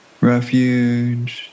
refuge